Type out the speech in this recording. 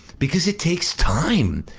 because it takes time.